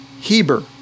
Heber